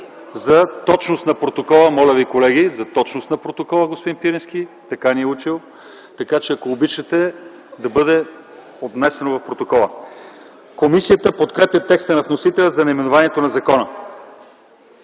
за точност на протокола, моля ви колеги… За точност на протокола, господин Пирински така ни е учил, така че ако обичате да бъде отнесено в протокола. Комисията подкрепя текста на вносителя за наименованието на закона.